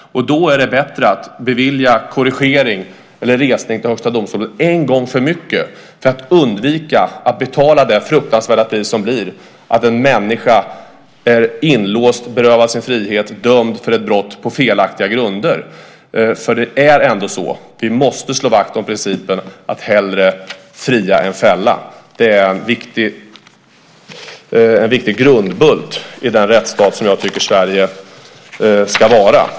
Det är bättre att bevilja korrigering eller resning i Högsta domstolen en gång för mycket för att ingen ska behöva betala det fruktansvärda pris det innebär att på felaktiga grunder bli dömd och inlåst, berövad sin frihet. Vi måste slå vakt om principen att hellre fria än fälla. Det är en viktig grundbult i den rättsstat som jag tycker att Sverige ska vara.